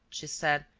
she said,